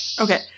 Okay